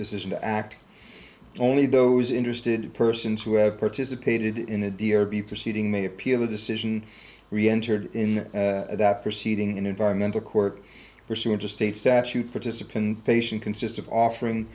decision to act only those interested persons who have participated in a d or be proceeding may appeal the decision re entered in that proceeding in environmental court pursuant to state statute participant patient consist of offering